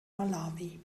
malawi